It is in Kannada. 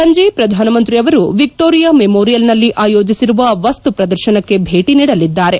ಸಂಜೆ ಪ್ರಧಾನಮಂತ್ರಿ ಅವರು ವಿಕ್ಸೋರಿಯಾ ಮೆಮೋರಿಯಲ್ನಲ್ಲಿ ಅಯೋಜಿಸಿರುವ ವಸ್ತುಪ್ರದರ್ತನಕ್ಕೆ ಭೇಟಿ ನೀಡಲಿದ್ದಾರೆ